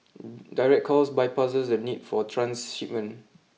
direct calls bypasses the need for transshipment